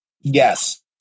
Yes